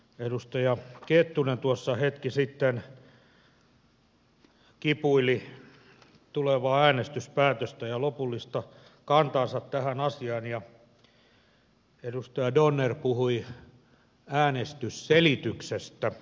edustaja kettunen hetki sitten kipuili tulevaa äänestyspäätöstä ja lopullista kantaansa tähän asiaan ja edustaja donner puhui äänestysselityksestä